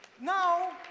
Now